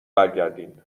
برگردین